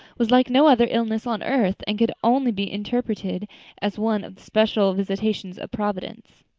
was like no other illness on earth and could only be interpreted as one of the special visitations of providence.